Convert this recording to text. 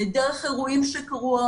דרך אירועים שקרו.